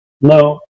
no